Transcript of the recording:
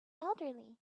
elderly